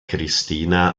christina